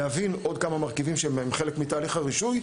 להבין עוד כמה מרכיבים שהם חלק מתהליך הרישוי,